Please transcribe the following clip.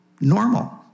normal